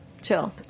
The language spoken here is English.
Chill